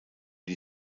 die